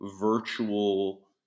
virtual